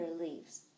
leaves